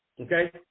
Okay